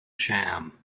sham